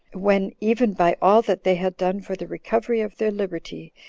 when, even by all that they had done for the recovery of their liberty,